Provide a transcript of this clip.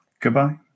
Goodbye